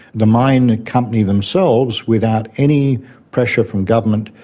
the mine company themselves, without any pressure from government,